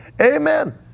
Amen